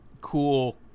cool